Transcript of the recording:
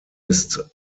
ist